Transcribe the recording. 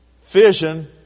Fission